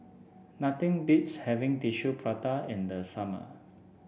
nothing beats having Tissue Prata in the summer